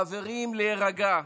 חברים, להירגע.